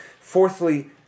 Fourthly